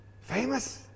Famous